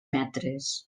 metres